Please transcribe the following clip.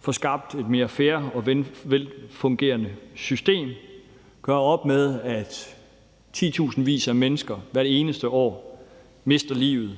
får skabt et mere fair og velfungerende system og gør op med, at titusindvis af mennesker hvert eneste år mister livet,